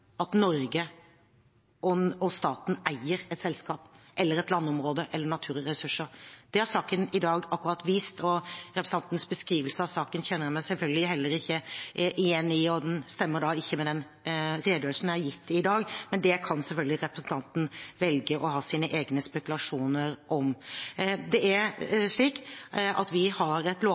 at Norge og staten eier et selskap, et landområde eller naturressurser. Akkurat det har saken i dag vist, og representantens beskrivelse av saken kjenner jeg meg selvfølgelig heller ikke igjen i, og den stemmer ikke med den redegjørelsen jeg har gitt i dag. Men det kan selvfølgelig representanten velge å ha sine egne spekulasjoner om. Det er slik at vi har et